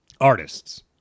artists